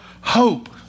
hope